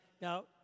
Now